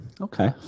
Okay